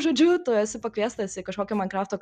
žodžiu tu esi pakviestas į kažkokį mainkrafto